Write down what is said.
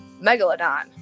megalodon